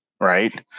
Right